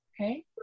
okay